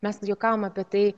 mes juokavom apie tai